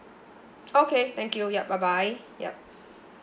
okay thank you yup bye bye yup